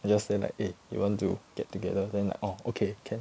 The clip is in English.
you just say like eh you want to get together then like orh okay can